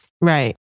Right